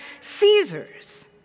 Caesar's